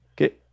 okay